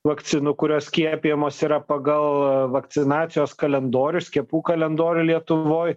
vakcinų kurios skiepijamos yra pagal vakcinacijos kalendorių skiepų kalendorių lietuvoj